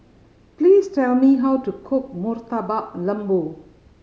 please tell me how to cook Murtabak Lembu